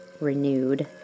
renewed